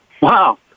Wow